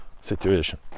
situation